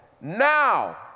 now